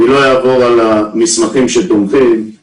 יש לי מסמכים שתומכים בכל זה.